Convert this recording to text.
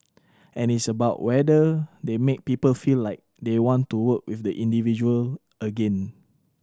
and it's about whether they make people feel like they want to work with the individual again